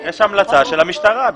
יש המלצה של המשטרה.